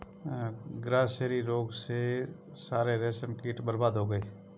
grasserie रोग से मेरे सारे रेशम कीट बर्बाद हो गए